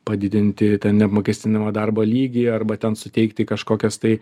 padidinti neapmokestinamą darbo lygį arba ten suteikti kažkokias tai